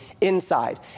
inside